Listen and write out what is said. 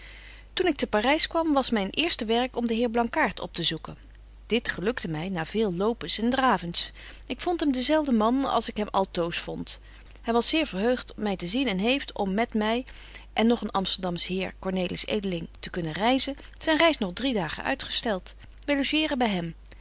toen ik te parys kwam was myn eerste werk om den heer blankaart op te zoeken dit gelukte my na veel lopens en dravens ik vond hem den zelfden man als ik hem altoos vond hy was zeer verheugt my te zien en heeft om met my en nog een amsterdams heer cornelis edeling te kunnen reizen zyn betje wolff en aagje deken historie van mejuffrouw sara burgerhart reis nog drie dagen uitgestelt wy logeeren by hem